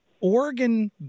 Oregon